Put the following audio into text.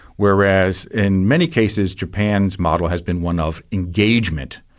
whereas in many cases japan's model has been one of engagement.